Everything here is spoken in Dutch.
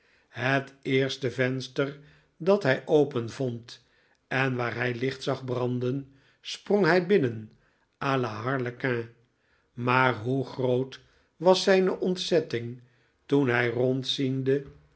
het eerste venster dat hij open vond en waar hij licht zag branden sprong hij binnen a la harlequin maar hoe groot was zijne ontzetting toen hij rondziende